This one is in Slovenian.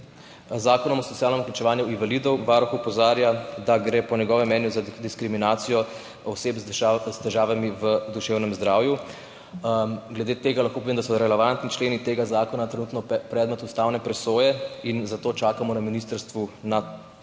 z Zakonom o socialnem vključevanju invalidov Varuh opozarja, da gre po njegovem mnenju za diskriminacijo oseb s težavami v duševnem zdravju. Glede tega lahko povem, da so relevantni členi tega zakona trenutno predmet ustavne presoje in zato čakamo na ministrstvu na mnenje